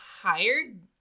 hired